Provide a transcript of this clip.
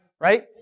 Right